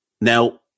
Now